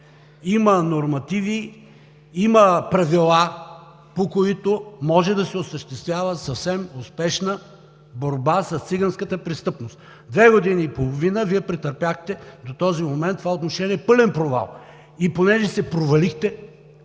има нормативи, има правила, по които може да се осъществява съвсем успешна борба с циганската престъпност. Две години и половина Вие претърпяхте до този момент в това отношение пълен провал. И понеже се провалихте,